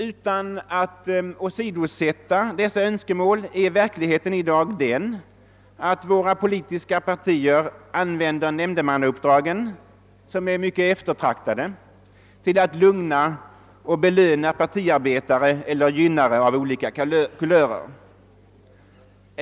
Utan att dessa önskemål åsidosättes är verkligheten i dag den, att våra politiska partier använder nämndemannauppdragen, som är mycket eftertraktade, till att lugna och belöna partiarbetare eller gynnare av olika kulörer.